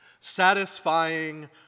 Satisfying